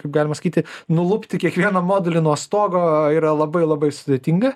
kaip galima sakyti nulupti kiekvieną modulį nuo stogo yra labai labai sudėtinga